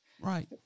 Right